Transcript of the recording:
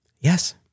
Yes